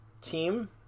team